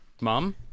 Mom